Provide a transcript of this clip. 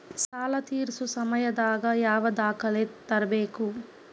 ಸಾಲಾ ತೇರ್ಸೋ ಸಮಯದಾಗ ಯಾವ ದಾಖಲೆ ತರ್ಬೇಕು?